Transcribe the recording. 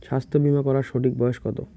স্বাস্থ্য বীমা করার সঠিক বয়স কত?